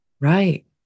Right